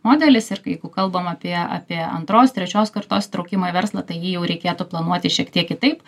modelis ir k jeigu kalbam apie apie antros trečios kartos įtraukimą į verslą tai jį jau reikėtų planuoti šiek tiek kitaip